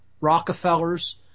Rockefeller's